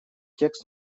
текст